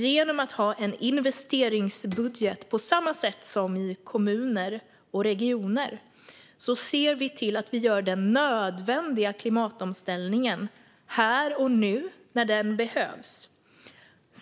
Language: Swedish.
Genom att ha en investeringsbudget på samma sätt som man har i kommuner och regioner ser vi till att vi gör den nödvändiga klimatomställningen här och nu, när den behövs.